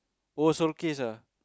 oh Solecase ah